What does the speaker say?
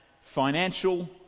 financial